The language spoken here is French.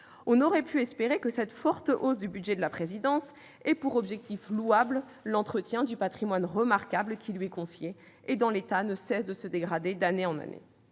aurions pu espérer que cette forte hausse du budget de la présidence ait pour objectif louable l'entretien du patrimoine remarquable qui lui est confié et qui ne cesse de se dégrader. Alors que,